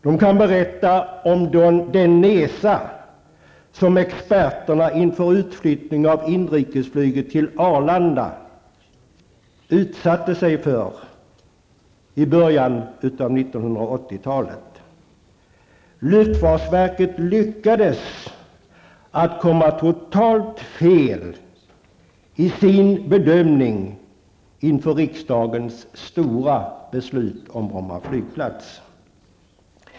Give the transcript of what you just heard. Där kan man berätta om den nesa som experterna inför utflyttning av inrikesflyget till Arlanda i början av 1980-talet utsatte sig själva för. Luftfartsverket lyckades att komma totalt fel i sin bedömning inför riksdagens stora beslut om Bromma flygplats.